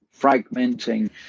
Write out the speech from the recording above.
fragmenting